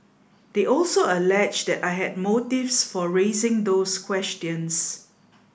they also alleged that I had motives for raising those questions